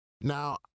Now